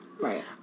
right